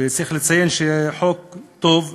וצריך לציין שזה חוק טוב,